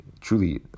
truly